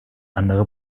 andere